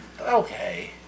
Okay